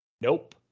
Nope